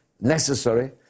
necessary